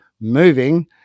moving